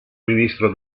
ministro